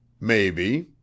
Maybe